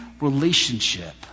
relationship